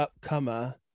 upcomer